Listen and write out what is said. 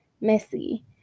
messy